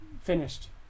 finished